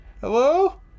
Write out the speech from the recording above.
Hello